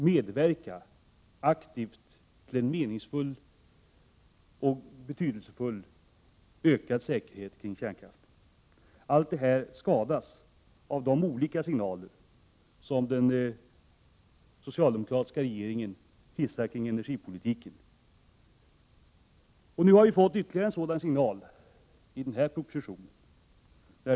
Detta kan mycket väl bli en konsekvens av de många olika signaler som den socialdemokratiska regeringen satt och ger när det gäller bl.a. tidpunkterna för starten av kärnkraftsavvecklingen. Nu har vi fått ytterligare en sådan signal i den här propositionen.